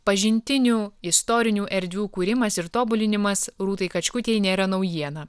pažintinių istorinių erdvių kūrimas ir tobulinimas rūtai kačkutei nėra naujiena